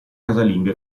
casalinga